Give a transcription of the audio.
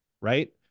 right